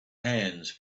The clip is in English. hands